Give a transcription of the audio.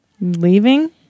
Leaving